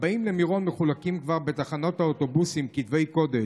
לבאים למירון מחולקים כבר בתחנות האוטובוסים כתבי קודש,